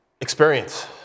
Experience